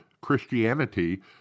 Christianity